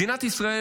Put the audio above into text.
מדינת ישראל,